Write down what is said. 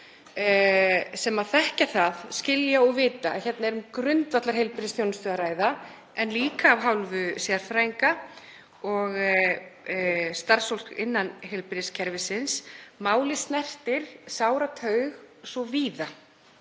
sem þekkja það, skilja og vita að hérna er um grundvallarheilbrigðisþjónustu að ræða en líka af hálfu sérfræðinga og starfsfólks innan heilbrigðiskerfisins. Málið snertir sára taug svo víða